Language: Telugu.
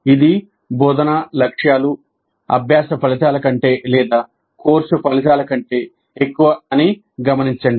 ఇది బోధనా లక్ష్యాలు అభ్యాస ఫలితాల కంటే లేదా కోర్సు ఫలితాల కంటే ఎక్కువ అని గమనించండి